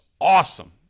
awesome